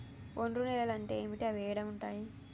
ఒండ్రు నేలలు అంటే ఏంటి? అవి ఏడ ఉంటాయి?